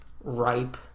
ripe